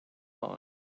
line